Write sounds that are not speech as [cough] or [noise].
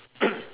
[coughs]